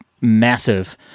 massive